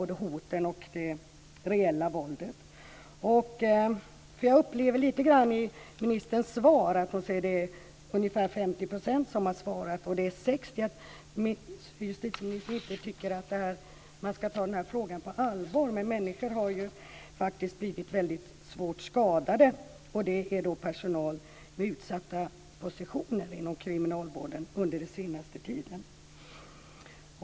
Justitieministern säger i svaret att det är ungefär 50 % som har svarat, och jag upplever att hon inte tycker att man ska ta denna fråga på allvar, men människor med utsatta positioner inom kriminalvården har ju faktiskt blivit väldigt svårt skadade under den senaste tiden.